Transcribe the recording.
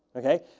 okay?